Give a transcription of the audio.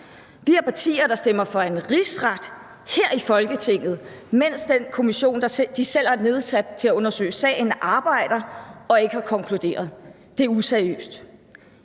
i Folketinget, der stemmer for en rigsret, mens den kommission, de selv har nedsat til at undersøge sagen, arbejder og ikke har konkluderet. Det er useriøst.